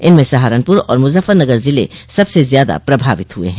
इनमें सहारनपुर और मुजफ्फरनगर ज़िले सबसे ज्यादा प्रभावित हुए हैं